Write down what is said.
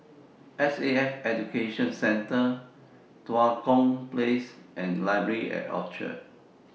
S A F Education Centre Tua Kong Place and Library At Orchard